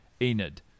Enid